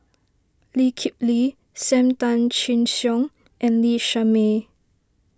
Lee Kip Lee Sam Tan Chin Siong and Lee Shermay